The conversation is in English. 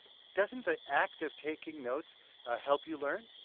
doesn't the act of taking notes help you learn?